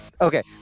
Okay